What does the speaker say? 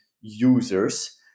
users